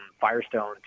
Firestone